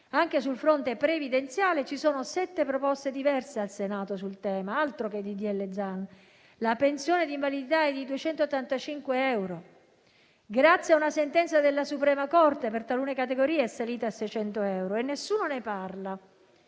anche sul fronte previdenziale, ci sono sette proposte diverse al Senato sul tema, altro che ddl Zan. La pensione di invalidità è di 285 euro, grazie a una sentenza della Suprema corte per talune categorie è salita a 600 euro. E nessuno ne parla».